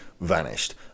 vanished